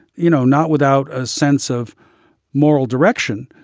you know, not without a sense of moral direction,